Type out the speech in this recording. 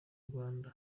rwanda